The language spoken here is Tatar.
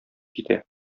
китә